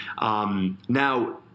Now